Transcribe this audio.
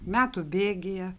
metų bėgyje